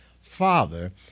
father